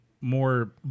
more